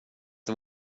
det